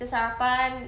kita sarapan